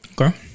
Okay